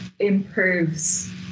improves